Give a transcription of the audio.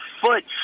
foot